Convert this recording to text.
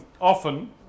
often